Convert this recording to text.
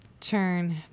churn